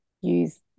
use